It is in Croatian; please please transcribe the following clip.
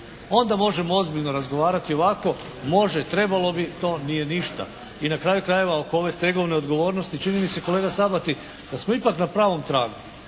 Onda možemo ozbiljno razgovarati. Ovako može, trebalo bi, to nije ništa. I na kraju krajeva, oko ove stegovne odgovornosti čini mi se kolega Sabati da smo ipak na pravom tragu.